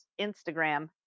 Instagram